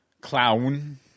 Clown